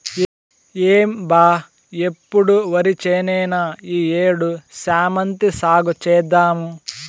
ఏం బా ఎప్పుడు ఒరిచేనేనా ఈ ఏడు శామంతి సాగు చేద్దాము